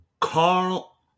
Carl